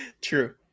True